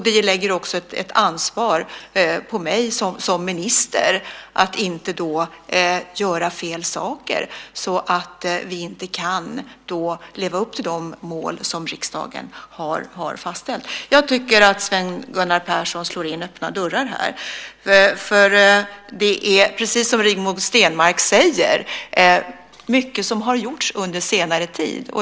Det lägger ansvar på mig som minister att inte göra fel saker så att vi inte kan leva upp till de mål som riksdagen har fastställt. Jag tycker att Sven Gunnar Persson slår in öppna dörrar. Precis som Rigmor Stenmark säger har mycket gjorts under senare tid.